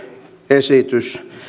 esitys